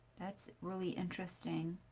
that's really interesting.